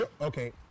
okay